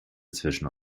zwischen